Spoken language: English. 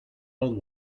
old